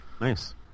Nice